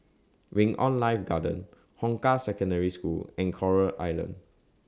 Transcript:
Wing on Life Garden Hong Kah Secondary School and Coral Island